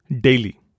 daily